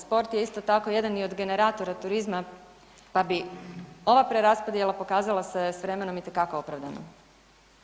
Sport je isto tako jedan i od generatora turizma, pa bi ova preraspodjela pokazala se s vremenom itekako opravdanom.